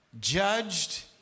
judged